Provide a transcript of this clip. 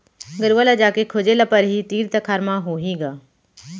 गरूवा ल जाके खोजे ल परही, तीर तखार म होही ग